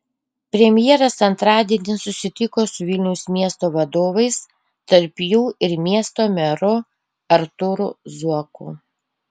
premjeras antradienį susitiko su vilniaus miesto vadovais tarp jų ir miesto meru artūru zuoku